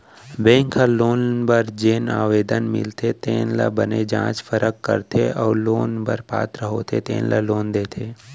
bank ह loan बर जेन आवेदन मिलथे तेन ल बने जाँच परख करथे अउ लोन बर पात्र होथे तेन ल लोन देथे